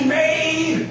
made